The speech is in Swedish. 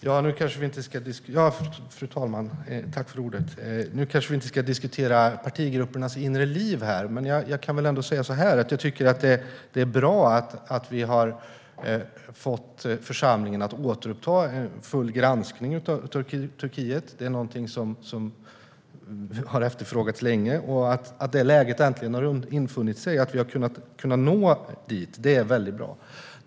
Fru talman! Nu kanske vi inte ska diskutera partigruppernas inre liv här, men jag kan ändå säga att jag tycker att det är bra att vi har fått församlingen att återuppta en full granskning av Turkiet. Det är någonting som har efterfrågats länge. Att detta läge äntligen har infunnit sig - att vi har kunnat nå dit - är väldigt bra.